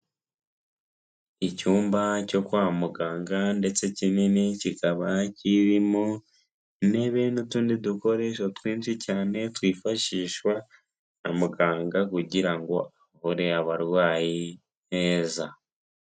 Icyumba cyo kwa muganga ndetse kinini kikaba kirimo intebe n'utundi dukoresho twinshi cyane twifashishwa na muganga kugira ngo avure abarwayi neza.